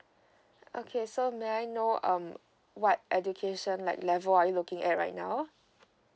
okay so may I know um what education like level or are you looking at right now